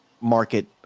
market